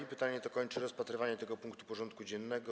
To pytanie kończy rozpatrywanie tego punktu porządku dziennego.